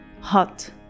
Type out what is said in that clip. hot